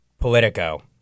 Politico